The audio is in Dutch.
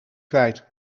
kwijt